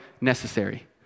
necessary